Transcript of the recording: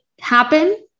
happen